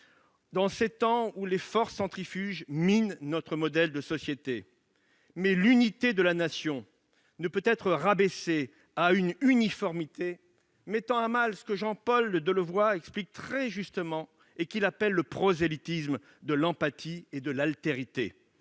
dans ces temps où les forces centrifuges minent notre modèle de société ; mais l'unité de la Nation ne peut être rabaissée à une uniformité mettant à mal ce que Jean-Paul Delevoye appelle très justement « le prosélytisme de l'empathie et de l'altérité